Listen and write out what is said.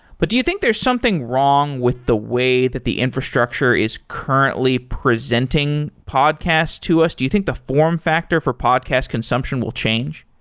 but do you think there is something wrong with the way that the infrastructure is currently presenting podcast to us? do you think the form factor for podcast consumption will change?